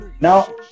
now